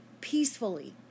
peacefully